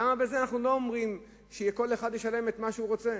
למה בזה אנחנו לא אומרים שכל אחד ישלם את מה שהוא רוצה?